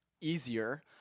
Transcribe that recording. easier